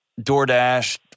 DoorDash